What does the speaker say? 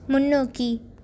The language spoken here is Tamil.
முன்னோக்கி